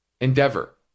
endeavor